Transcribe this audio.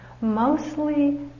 mostly